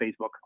Facebook